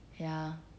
ya